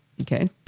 Okay